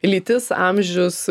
lytis amžius